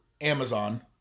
Amazon